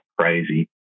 crazy